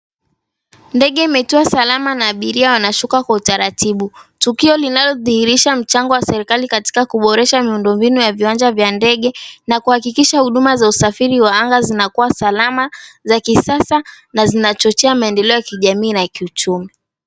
Ndege imetua salama na abiria wanashuka kwa utaratibu, tukio linalodhihirisha mchango wa serikali katika kuboresha miundo mbinu ya viwanja vya ndege na kuhakikisha huduma za usafiri wa anga zinakuwa salama, za kisasa na zinachochea maendeleo ya kijamii na kiuchumi.